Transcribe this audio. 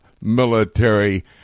military